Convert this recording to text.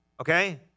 Okay